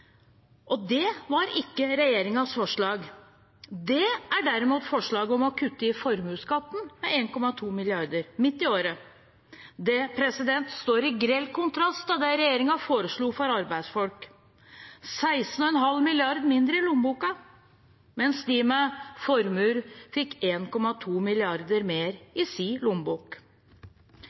Det var ikke regjeringens forslag. Det er derimot forslaget om å kutte i formuesskatten med 1,2 mrd. kr midt i året. Det står i grell kontrast til det regjeringen foreslo for arbeidsfolk: 16,5 mrd. kr mindre i lommeboken, mens de med formue fikk 1,2 mrd. kr mer i sin lommebok.